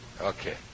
okay